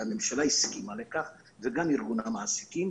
והממשלה הסכימה לכך וגם ארגון המעסיקים,